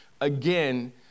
again